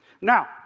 Now